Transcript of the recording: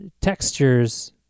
textures